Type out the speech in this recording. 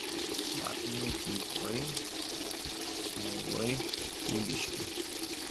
lapiniai pumpurai smailai kūgiški